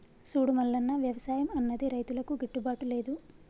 సూడు మల్లన్న, వ్యవసాయం అన్నది రైతులకు గిట్టుబాటు లేదు